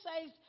says